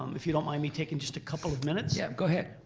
um if you don't mind me taking just a couple of minutes. yeah, go ahead.